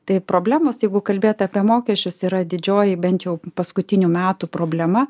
tai problemos jeigu kalbėt apie mokesčius yra didžioji bent jau paskutinių metų problema